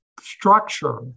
Structure